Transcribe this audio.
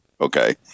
Okay